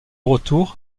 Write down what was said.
retour